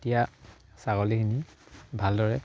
এতিয়া ছাগলীখিনি ভালদৰে